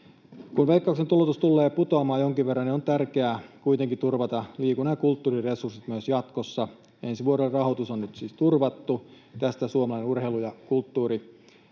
Kun Veikkauksen tuloutus tullee putoamaan jonkin verran, on tärkeää kuitenkin turvata liikunnan ja kulttuurin resurssit myös jatkossa. Ensi vuoden rahoitus on nyt siis turvattu. Tästä suomalainen urheilu ja kulttuuri